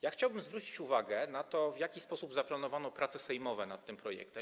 Ja chciałbym zwrócić uwagę na to, w jaki sposób zaplanowano prace sejmowe nad tym projektem.